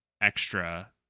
extra